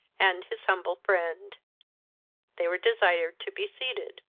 and his humble friend they were desired to be seated.